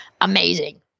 amazing